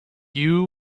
you